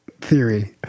theory